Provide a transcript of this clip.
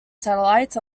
satellites